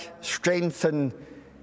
strengthen